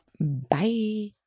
Bye